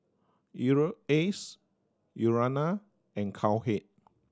Europace Urana and Cowhead